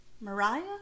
Mariah